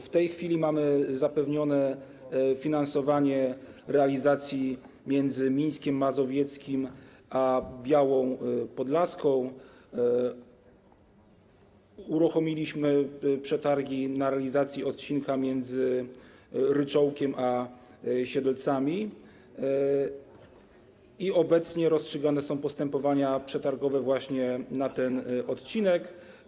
W tej chwili mamy zapewnione finansowanie realizacji odcinka między Mińskiem Mazowieckim a Białą Podlaską, uruchomiliśmy przetargi na realizację odcinka między Ryczołkiem a Siedlcami - obecnie rozstrzygane są postępowania przetargowe właśnie na ten odcinek.